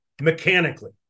mechanically